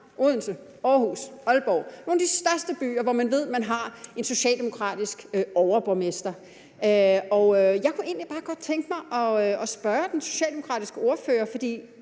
Odense, Aarhus, Aalborg, nogle af de største byer, hvor man ved, at man har en socialdemokratisk overborgmester. Jeg kunne egentlig bare godt tænke mig at spørge den socialdemokratiske ordfører om